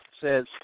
says